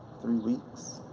three weeks?